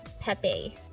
Pepe